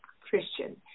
Christian